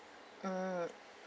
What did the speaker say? mm